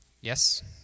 Yes